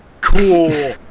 Cool